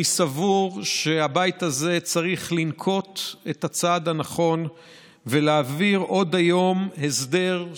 אני סבור שהבית הזה צריך לנקוט את הצעד הנכון ולהעביר עוד היום הסדר,